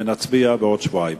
ונצביע בעוד שבועיים.